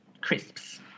crisps